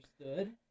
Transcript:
Understood